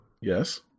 Yes